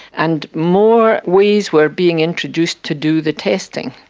and more ways were being introduced to do the testing.